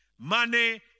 money